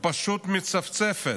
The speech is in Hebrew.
פשוט מצפצפת,